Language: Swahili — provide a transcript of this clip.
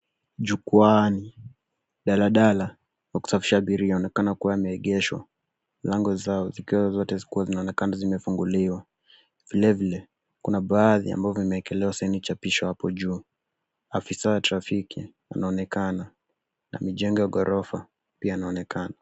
Jukwaani, daladala ya kusafirisha abiria yanaonekana kuwa yameegeshwa, milango zao zikiwa zote zinaonekana zikiwa zimefunguliwa. Vilevile, kuna baadhi ambavyo vimeekelewa saini chapisho hapo juu. Afisa wa trafiki anaonekana na mijengo ya ghorofa pia inaonekana.